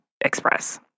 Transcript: express